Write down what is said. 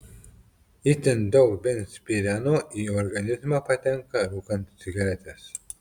itin daug benzpireno į organizmą patenka rūkant cigaretes